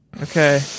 Okay